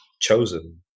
chosen